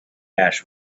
ash